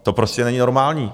To prostě není normální.